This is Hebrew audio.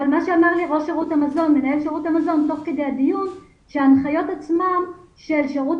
אמר לי מנהל שירות המזון תוך כדי הדיון שההנחיות עצמן של שירות